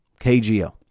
KGO